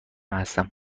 هستم